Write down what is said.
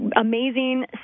amazing